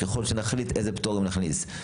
ככל שנחליט איזה פטורים להכניס.